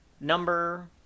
number